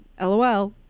lol